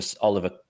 oliver